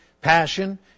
passion